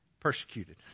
Persecuted